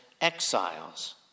exiles